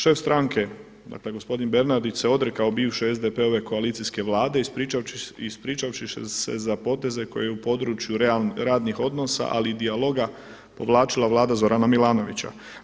Šef stranke, dakle gospodin Bernardić se odrekao bivše SDP-ove koalicijske vlade ispričavši se za poteze koje u području radnih odnosa ali i dijaloga povlačila Vlada Zorana Milanovića.